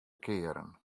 kearen